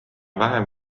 vähem